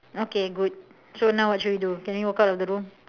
okay good so now what should we do can we walk out of the room